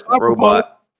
robot